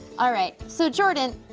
alright, so jordan,